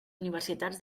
universitats